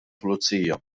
pulizija